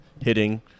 hitting